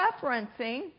referencing